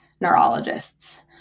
neurologists